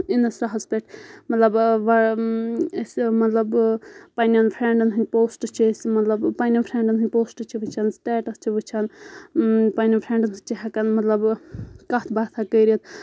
اِنَس ٹاہَس پؠٹھ مطلب أسۍ مطلب پنٕنؠن فرٛؠنٛڈَن ہٕنٛدۍ پوسٹہٕ چھِ أسۍ مطلب پَننؠن فرینٛڈَن ہٕنٛدۍ پوسٹہٕ چھِ وٕچھان سٹیٹس چھِ وٕچھان پَننؠن فرینٛڈَن سۭتۍ چھِ ہؠکَان مطلب کَتھ باتھا کٔرِتھ